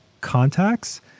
contacts